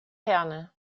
herne